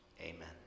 Amen